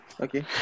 Okay